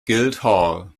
guildhall